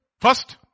First